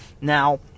Now